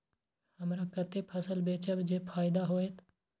हमरा कते फसल बेचब जे फायदा होयत?